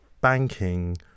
banking